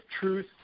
truth